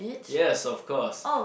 yes of course